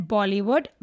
Bollywood